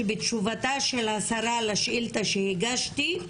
שבתשובתה של השרה לשאילתה שהגשתי,